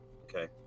Okay